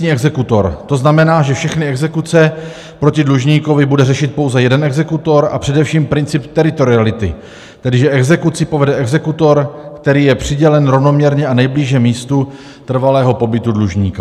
To znamená, že všechny exekuce proti dlužníkovi bude řešit pouze jeden exekutor, a především princip teritoriality, tedy že exekuci povede exekutor, který je přidělen rovnoměrně a nejblíže místu trvalého pobytu dlužníka.